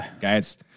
guys